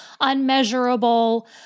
unmeasurable